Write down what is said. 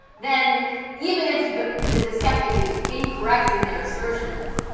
then even if the the skeptic is incorrect in their assertions,